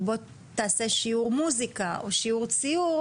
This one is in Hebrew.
או בוא תעשה שיעור מוסיקה או שיעור ציורה-